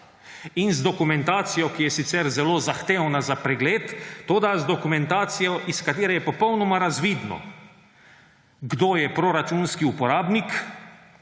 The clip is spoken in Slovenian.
in z dokumentacijo, ki je sicer zelo zahtevna za pregled, toda z dokumentacijo, iz katere je popolnoma razvidno, kdo je proračunski uporabnik,